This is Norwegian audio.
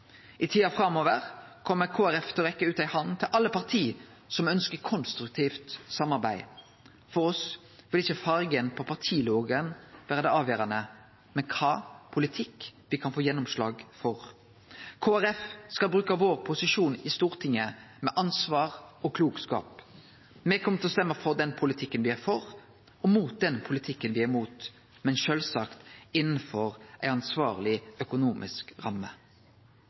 I tida framover kjem Kristeleg Folkeparti til å rekkje ut ei hand til alle parti som ønskjer konstruktivt samarbeid. For oss vil ikkje fargen på partilogoen, men kva politikk me kan få gjennomslag for, vere avgjerande. Kristeleg Folkeparti skal bruke sin posisjon i Stortinget med ansvar og klokskap. Me kjem til å stemme for den politikken me er for, og mot den politikken me er imot, men sjølvsagt innanfor ei ansvarleg økonomisk ramme.